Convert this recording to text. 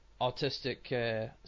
autistic